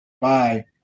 bye